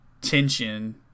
tension